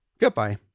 goodbye